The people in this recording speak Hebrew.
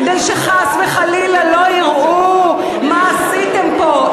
כדי שחס וחלילה לא יראו מה עשיתם פה,